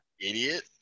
idiot